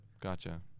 Gotcha